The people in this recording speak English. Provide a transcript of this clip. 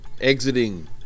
exiting